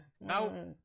now